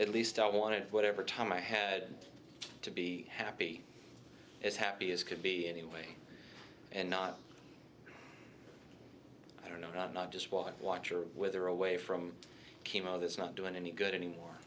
at least i wanted whatever time i had to be happy as happy as could be anyway and not i don't know not not just while i watch or wither away from chemo that's not doing any good anymore